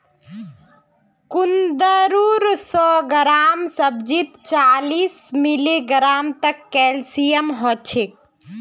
कुंदरूर सौ ग्राम सब्जीत चालीस मिलीग्राम तक कैल्शियम ह छेक